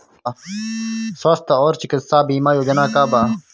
स्वस्थ और चिकित्सा बीमा योजना का बा?